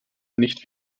nicht